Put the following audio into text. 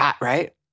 right